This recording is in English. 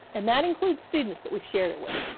and that includes students that we've shared it with.